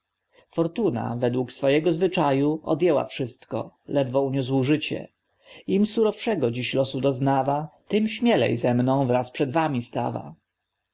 fortuna według swojego zwyczaju odjęła wszystko ledwo uniosł życie im surowszego dziś losu doznawa tym śmielej ze mną wraz przed wami stawa